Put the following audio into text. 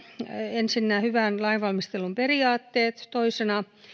ensinnä hyvän lainvalmistelun periaatteet toisena